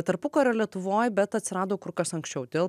tarpukario lietuvoj bet atsirado kur kas anksčiau dėl